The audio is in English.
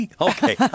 Okay